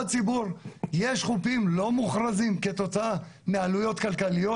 יש חופים לא-מוכרזים כתוצאה מעלויות כלכליות.